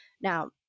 Now